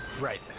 Right